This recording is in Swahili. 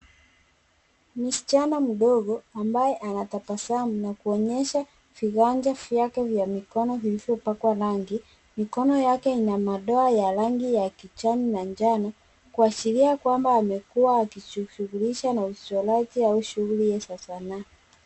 Msichana mdogo ambaye anatabasamu na kuonyesha viganja vyake vya mikono vilivyopakwa rangi mikono yake inamadoa ya rangi ya kijani na njano kuashiria kuamba amekua akijishughulisha na uchoraji au shughuli za sanaa.